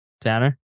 Tanner